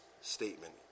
statement